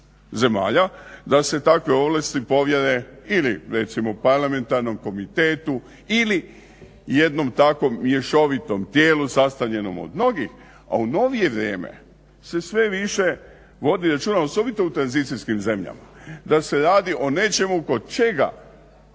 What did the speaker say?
zemalja da se takve ovlasti povjere ili recimo parlamentarnom komitetu ili jednom takvom mješovitom tijelu sastavljenom od mnogih, a u novije vrijeme se sve više vodi računa osobito u tranzicijskim zemljama da se radi o nečemu kod čega